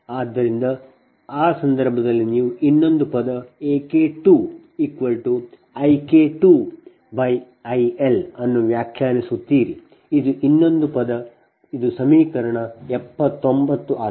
ಆದ್ದರಿಂದ ಆ ಸಂದರ್ಭದಲ್ಲಿ ನೀವು ಇನ್ನೊಂದು ಪದ AK2IK2IL ಅನ್ನು ವ್ಯಾಖ್ಯಾನಿಸುತ್ತೀರಿ ಇದು ಇನ್ನೊಂದು ಪದ ಇದು ಸಮೀಕರಣ 79 ಆಗಿದೆ